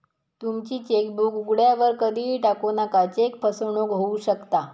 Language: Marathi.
तुमची चेकबुक उघड्यावर कधीही टाकू नका, चेक फसवणूक होऊ शकता